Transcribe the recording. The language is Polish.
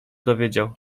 dowiedział